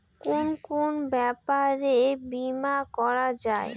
কুন কুন ব্যাপারে বীমা করা যায়?